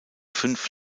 fünf